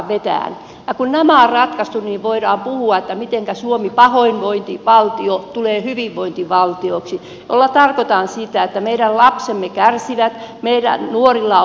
kun nämä on ratkaistu niin voidaan puhua mitenkä suomi pahoinvointivaltio tulee hyvinvointivaltioksi millä tarkoitan sitä että nyt meidän lapsemme kärsivät meidän nuorilla on mielenterveysongelmia